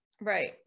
Right